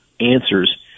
answers